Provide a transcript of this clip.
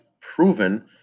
proven